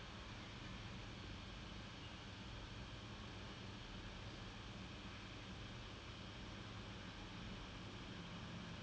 ஏனா காசு வருது:aenaa kaasu varuthu I mean ஒரு:oru company க்கும்:kkum especially when you start off working என்ன:enna the difference between காசு:kaasu is like [what] two hundred three hundred